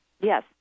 Yes